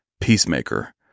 peacemaker